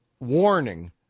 Warning